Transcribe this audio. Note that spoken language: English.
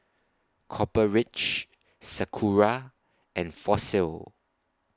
Copper Ridge Sakura and Fossil